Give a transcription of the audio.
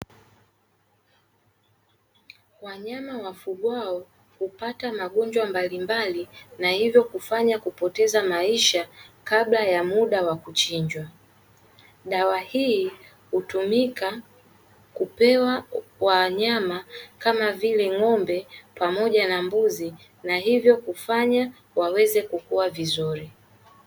Wanyama wafugwao hupata magonjwa mbalimbali hivyo kufanya kupoteza maisha kabla ya muda wa kuchinjwa. Dawa hii hutumika kupewa wanyama kama vile ng'ombe pamoja na mbuzi na hivyo kufanya waweze kukua vizuri.